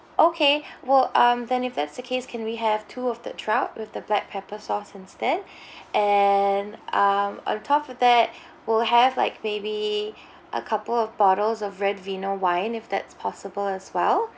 okay well um then if that's the case can we have two of the trout with the black pepper sauce instead and um on top of that we'll have like maybe a couple of bottles of red vino wine if that's possible as well